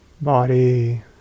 body